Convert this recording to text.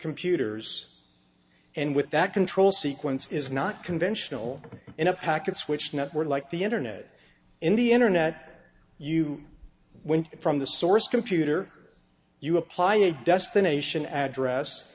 computers and with that control sequence is not conventional in a packets which network like the internet in the internet you went from the source computer you apply a destination address